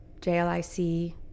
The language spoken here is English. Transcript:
JLIC